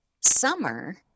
Summer